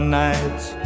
nights